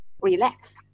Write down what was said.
relax